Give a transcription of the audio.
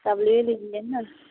आप ले लीजिए ना